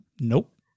Nope